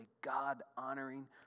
God-honoring